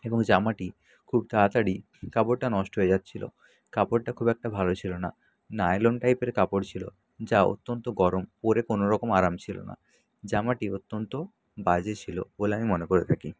এবং জামাটি খুব তাড়াতাড়ি কাপড়টা নষ্ট হয়ে যাচ্ছিল কাপড়টা খুব একটা ভালো ছিল না নাইলন টাইপের কাপড় ছিল যা অত্যন্ত গরম পরে কোনো রকম আরাম ছিল না জামাটি অত্যন্ত বাজে ছিল বলে আমি মনে করে থাকি